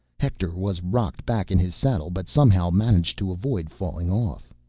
hector was rocked back in his saddle, but somehow managed to avoid falling off.